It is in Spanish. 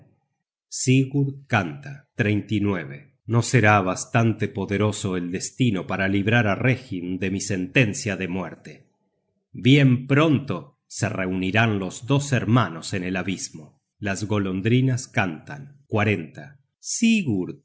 search generated at sigurd canta no será bastante poderoso el destino para librar á reginn de mi sentencia de muerte bien pronto se reunirán los dos hermanos en el abismo las golondrinas cantan sigurd